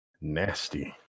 Nasty